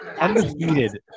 Undefeated